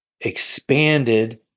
expanded